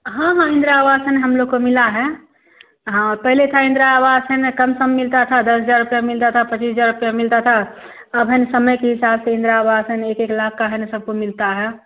हाँ हाँ इन्दिरा आवास में हमलोग को मिला है हाँ पहले था इन्दिरा आवास है ना कमसम मिलता था दस हज़ार रुपया मिलता था पचीस हज़ार रुपया मिलता था अब है ना समय के हिसाब से इन्दिरा आवास है ना एक एक लाख का है ना सबको मिलता है